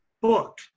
book